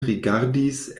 rigardis